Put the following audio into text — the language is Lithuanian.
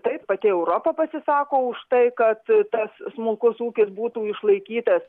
taip pati europa pasisako už tai kad tas smulkus ūkis būtų išlaikytas